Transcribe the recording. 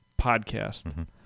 podcast